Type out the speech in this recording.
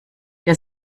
der